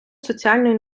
соціальної